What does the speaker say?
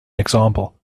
example